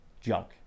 junk